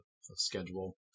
schedule